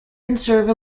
conserve